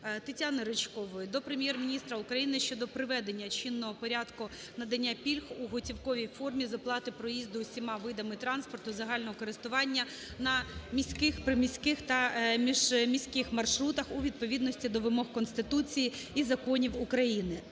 Тетяни Ричкової до Прем'єр-міністра України щодо приведення чинного Порядку надання пільг у готівковій формі з оплати проїзду усіма видами транспорту загального користування на міських, приміських та міжміських маршрутах у відповідність до вимог Конституції і законів України.